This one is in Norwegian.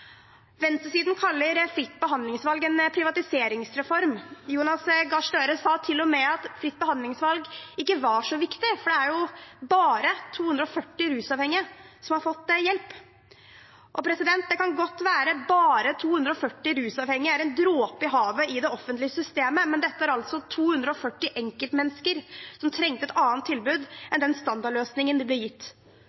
Venstresiden kaller Fritt behandlingsvalg en privatiseringsreform. Jonas Gahr Støre sa til og med at Fritt behandlingsvalg ikke var så viktig, for det var jo «bare» 240 rusavhengige som hadde fått hjelp. Det kan godt være at 240 rusavhengige er en dråpe i havet i det offentlige systemet, men dette er altså 240 enkeltmennesker som trengte et annet tilbud